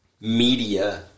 media